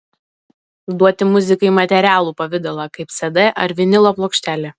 duoti muzikai materialų pavidalą kaip cd ar vinilo plokštelė